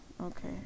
okay